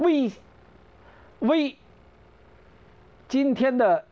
we we didn't tend to